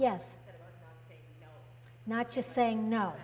yes not just saying no